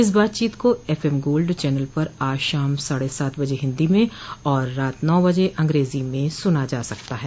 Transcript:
इस बातचीत को एफ एम गोल्ड चैनल पर आज शाम साढे सात बजे हिन्दी में और रात नौ बजे अंग्रेजी में सुना जा सकता है